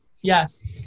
yes